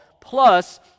plus